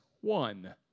one